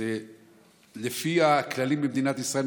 לפי הכללים במדינת ישראל,